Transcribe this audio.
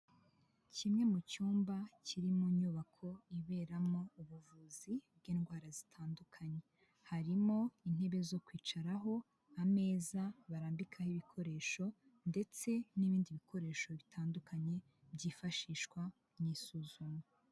Kimwe mu cyumba kiri mu nyubako iberamo ubuvuzi bw'indwara zitandukanye, harimo intebe zo kwicaraho, ameza barambikaho ibikoresho ndetse n'ibindi bikoresho bitandukanye byifashishwa mu isuzuma.